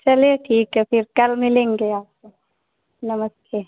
चलिए ठीक है फिर कल मिलेंगे आपको नमस्ते